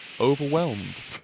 overwhelmed